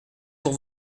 pour